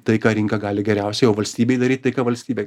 tai ką rinka gali geriausiai o valstybei daryt tai ką valstybė